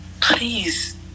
please